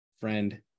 friend